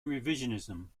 revisionism